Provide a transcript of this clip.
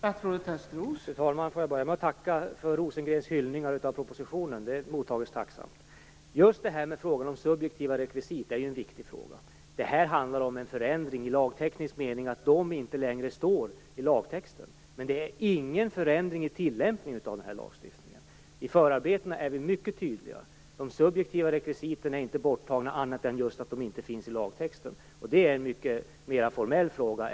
Fru talman! Jag vill börja med att tacka för Rosengrens hyllning av propositionen. Den mottages tacksamt. Frågan om subjektiva rekvisit är viktig. Det handlar om en förändring i lagteknisk mening, att de subjektiva rekvisiten inte längre står med i lagtexten. Men det innebär ingen förändring i tillämpningen av lagstiftningen. Vi är mycket tydliga i förarbetena: De subjektiva rekvisiten är inte borttagna på annat sätt än att de inte finns med i lagtexten. Det är mer en formell fråga.